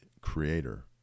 creator